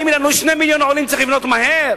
באים אלינו 2 מיליוני עולים וצריך לבנות מהר?